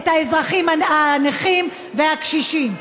את האזרחים הנכים והקשישים?